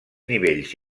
nivells